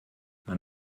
man